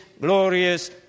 glorious